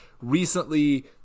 recently